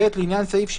"(ב)לעניין סעיף 75(ב),